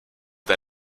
der